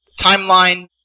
timeline